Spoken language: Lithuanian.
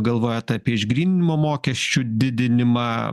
galvojat apie išgryninimo mokesčių didinimą